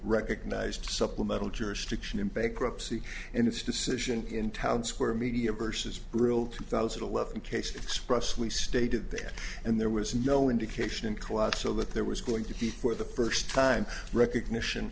recognized supplemental jurisdiction in bankruptcy and its decision in town square media versus rule two thousand and eleven case express we stated that and there was no indication in quite so that there was going to be for the first time recognition